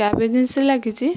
cab agency ଲାଗିଛି